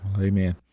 Amen